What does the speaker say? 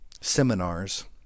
seminars